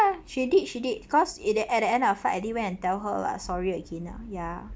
ya she did she did because it the at the end of the flight I did when and tell her lah sorry again lah ya